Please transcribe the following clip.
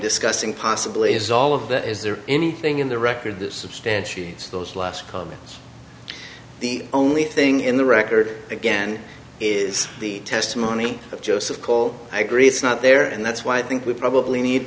discussing possibly is all of that is there anything in the record that substantiates those last comments the only thing in the record again is the testimony of joseph cole i agree it's not there and that's why i think we probably need